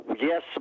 Yes